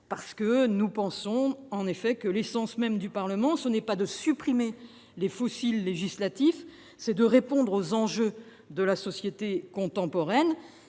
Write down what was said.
! Nous pensons, en effet, que l'essence même du Parlement, ce n'est pas de supprimer des « fossiles législatifs », mais de répondre aux enjeux de la société contemporaine.